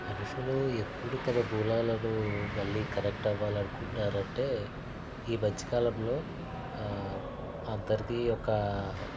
మనుషులు ఎప్పుడు తమ మూలలను మళ్ళీ కనెక్ట్ అవ్వాలి అనుకుంటారు అంటే ఈ మధ్య కాలంలో అందరిదీ ఒక